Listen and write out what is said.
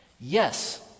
Yes